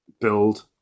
build